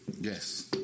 Yes